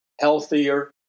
healthier